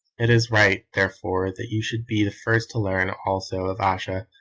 it is right, therefore, that you should be the first to learn also of ayesha,